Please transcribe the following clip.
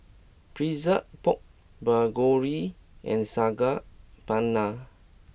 Pretzel Pork Bulgogi and Saag Paneer